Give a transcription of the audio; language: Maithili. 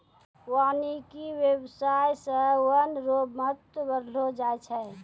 वानिकी व्याबसाय से वन रो महत्व बढ़लो छै